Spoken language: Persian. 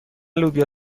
لوبیا